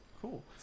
cool